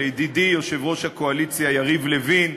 לידידי יושב-ראש הקואליציה יריב לוין,